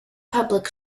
public